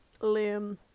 Liam